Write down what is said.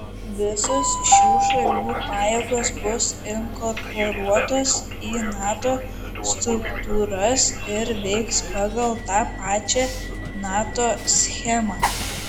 visos šių šalių pajėgos bus inkorporuotos į nato struktūras ir veiks pagal tą pačią nato schemą